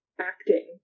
acting